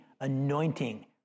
anointing